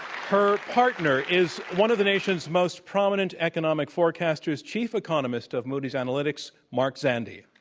her partner is one of the nation's most prominent economic forecasters, chief economist of moody's analytics, mark zandi.